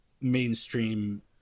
mainstream